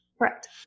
correct